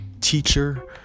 teacher